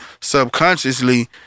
subconsciously